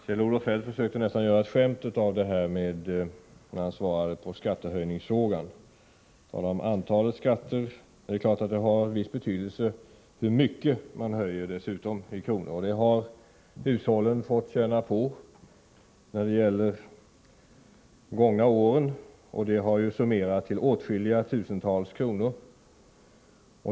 Herr talman! Kjell-Olof Feldt försökte skämta bort skattehöjningsfrågan genom att tala om antalet skatter. Men naturligtvis har det dessutom en viss betydelse hur mycket i kronor räknat man höjer skatterna. Det har hushållen fått känna på under de gångna åren. Höjningarna har summerats till åtskilliga tusentals kronor.